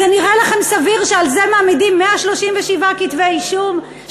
זה נראה לכם סביר שעל זה מגישים 137 כתבי אישום,